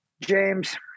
James